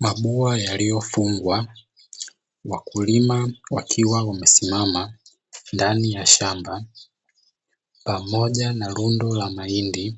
Mabua yaliyofungwa, wakulima wakiwa wamesimama ndani ya shamba, pamoja na rundo la mahindi